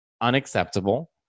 unacceptable